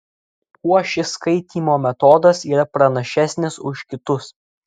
kuo šis skaitymo metodas yra pranašesnis už kitus